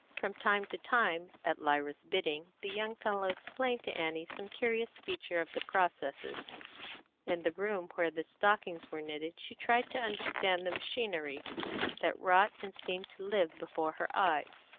from time to time, at lyra's bidding, the young fellow explained to annie some curious feature of the processes in the room where the stockings were knitted she tried to understand the machinery that wrought and seemed to live before her eyes.